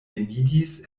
venigis